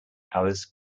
alice